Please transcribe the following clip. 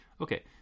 Okay